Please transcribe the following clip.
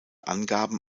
angaben